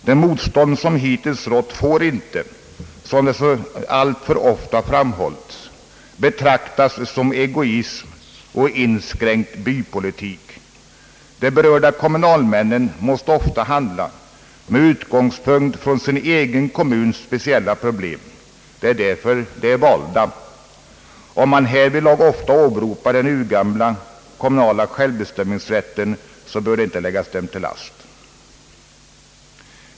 Det motstånd som hittills har rått får inte, såsom alltför ofta har skett, betraktas som egoistisk och inskränkt bypolitik. De berörda kommunalmännen måste ofta handla med utgångspunkt från sin egen kommuns speciella problem; det är därför de är valda. När de härvidlag — vilket ofta förekommer åberopar den urgamla kommunala självbestämmanderätten bör det inte läggas dem till last.